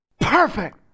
perfect